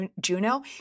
Juno